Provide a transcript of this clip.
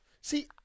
See